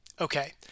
Okay